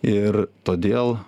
ir todėl